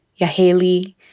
Yaheli